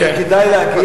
וכדאי להגיד,